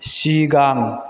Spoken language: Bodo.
सिगां